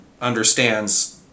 understands